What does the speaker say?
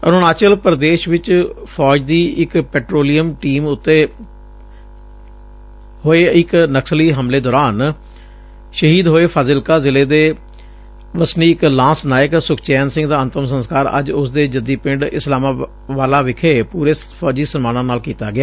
ਅਰੁਣਾਚਲ ਪੁਦੇਸ਼ ਚ ਫੌਜ ਦੀ ਇਕ ਪੈਟਰੋਲਿੰਗ ਟੀਮ ਤੇ ਹੋਏ ਇਕ ਨਕਸਲੀ ਹਮਲੇ ਦੌਰਾਨ ਸ਼ਹੀਦ ਹੋਏ ਫਾਜ਼ਿਲਕਾ ਜ਼ਿਲੇ ਦੇ ਵਸਨੀਕ ਲਾਸ ਨਾਇਕ ਸੁਖਚੈਨ ਸਿੰਘ ਦਾ ਅੰਤਮ ਸੰਸਕਾਰ ਅੱਜ ਉਸ ਦੇ ਜੱਦੀ ਪਿੰਡ ਇਸਲਾਮਵਾਲਾ ਵਿਚ ਪੁਰੇ ਫੌਜੀ ਸਨਮਾਨਾਂ ਨਾਲ ਕੀਤਾ ਗਿਆ